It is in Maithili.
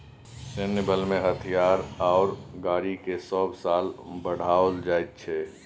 सैन्य बलमें हथियार आओर गाड़ीकेँ सभ साल बढ़ाओल जाइत छै